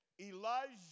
Elijah